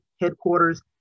Headquarters